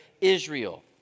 Israel